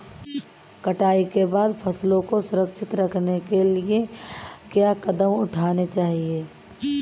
कटाई के बाद फसलों को संरक्षित करने के लिए क्या कदम उठाने चाहिए?